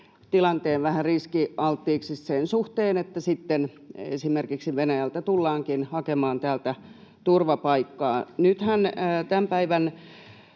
tilanteen vähän riskialttiiksi sen suhteen, että sitten esimerkiksi Venäjältä tullaankin hakemaan täältä turvapaikkaa. Nythän tämän päivän